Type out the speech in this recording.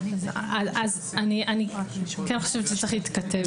אני כן חושבת שזה צריך להתכתב עם זה.